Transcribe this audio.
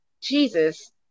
Jesus